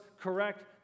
correct